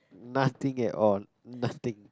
nothing at all nothing